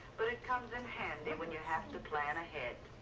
but it comes in handy when you have to plan ahead.